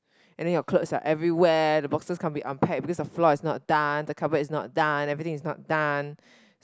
and then your clothes are everywhere the boxes can't be unpacked because the floor is not done the cardboard is not done everything is not done